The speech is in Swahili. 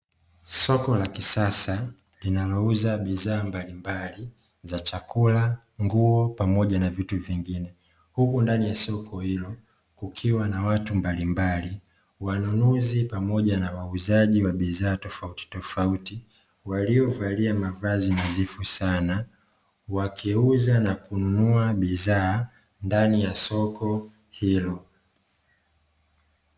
Soko la kisasa linalouza bidhaa mbalimbali za chakula, nguo pamoja na vitu vingine; huku ndani ya soko kukiwa na watu mbalimbali wanunuzi pamoja na wauzaji wa bidhaa tofautitofauti waliovalia mavazi nadhifu sana, wakiuza na kununua bidhaa ndani ya soko hilo.